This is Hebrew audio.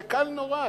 זה קל נורא.